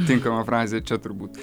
tinkama frazė čia turbūt